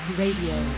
radio